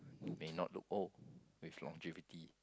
may not look old with longevity